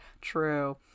True